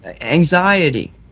anxiety